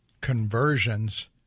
conversions